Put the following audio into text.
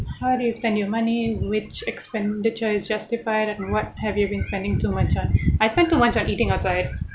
how do you spend your money which expenditure is justified and what have you been spending too much on I spend too much on eating outside